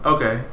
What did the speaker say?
Okay